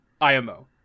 IMO